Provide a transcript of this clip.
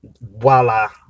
voila